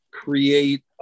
create